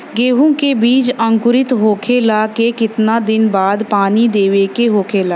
गेहूँ के बिज अंकुरित होखेला के कितना दिन बाद पानी देवे के होखेला?